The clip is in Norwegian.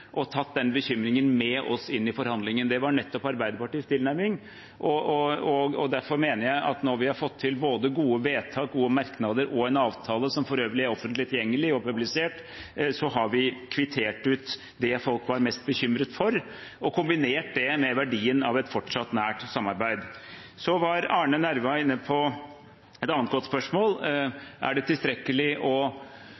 og tatt den bekymringen med oss inn i forhandlingene. Nettopp det var Arbeiderpartiets tilnærming. Derfor mener jeg at når vi har fått til både gode vedtak, gode merknader og en avtale som for øvrig er offentlig tilgjengelig og publisert, har vi kvittert ut det folk var mest bekymret for, og kombinert det med verdien av et fortsatt nært samarbeid. Så var Arne Nævra inne på et annet godt spørsmål: